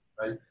right